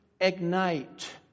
ignite